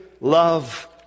love